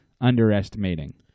underestimating